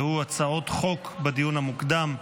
והוא הצעות חוק בדיון המוקדם.